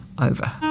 over